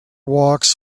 walks